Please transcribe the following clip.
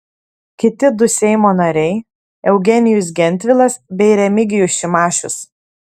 kiti du seimo nariai eugenijus gentvilas bei remigijus šimašius